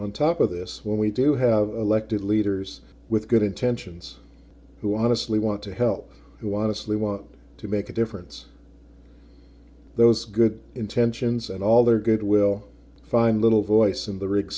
on top of this when we do have elected leaders with good intentions who honestly want to help who want to sleep want to make a difference those good intentions and all their good will find little voice in the rig